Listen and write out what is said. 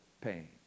pain